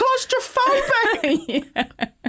claustrophobic